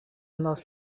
most